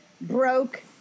broke